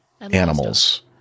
animals